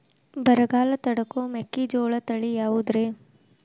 ಬರಗಾಲ ತಡಕೋ ಮೆಕ್ಕಿಜೋಳ ತಳಿಯಾವುದ್ರೇ?